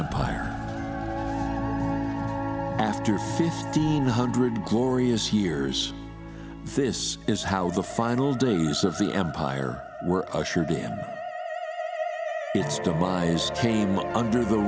empire after fifteen hundred glorious years this is how the final days of the empire were ushered in its demise came under the